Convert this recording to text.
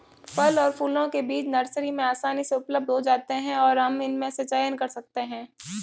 फल और फूलों के बीज नर्सरी में आसानी से उपलब्ध हो जाते हैं और हम इनमें से चयन कर सकते हैं